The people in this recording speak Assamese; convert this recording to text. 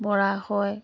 পৰা হয়